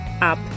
up